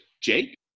Jake